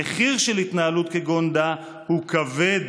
המחיר של התנהלות כגון דא הוא כבד,